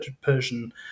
Persian